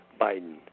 Biden